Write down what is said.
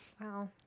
Wow